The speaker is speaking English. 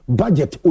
budget